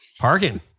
Parking